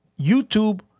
YouTube